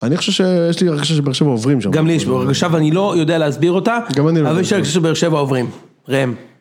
אני חושב שיש לי הרגשה שבאר שבע עוברים שם. גם לי יש לי הרגשה ואני לא יודע להסביר אותה, אבל יש לי הרגשה שבאר שבע עוברים. רעם.